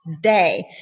day